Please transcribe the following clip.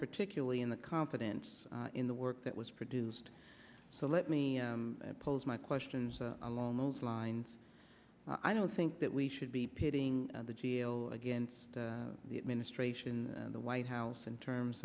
particularly in the confidence in the work that was produced so let me pose my questions along those lines i don't think that we should be pitting the g a o against the administration and the white house in terms